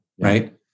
right